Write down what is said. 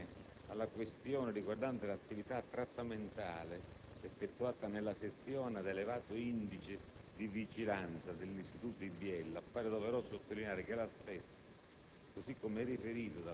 Quanto, infine, alla questione riguardante l'attività trattamentale effettuata nella sezione ad elevato indice di vigilanza dell'istituto di Biella, appare doveroso sottolineare che la stessa,